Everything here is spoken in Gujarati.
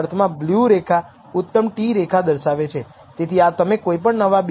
તેથી આ વિવિધ રીતો છે કે જેના દ્વારા આપણે નક્કી કરી શકીએ કે રેખીય મોડેલ સ્વીકાર્ય છે કે નહીં અથવા t સારી છે